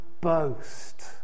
boast